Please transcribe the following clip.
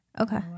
Okay